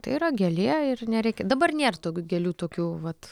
tai yra gėlė ir nereikia dabar nėr tokių gėlių tokių vat